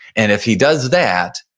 and if he does that,